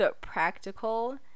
practical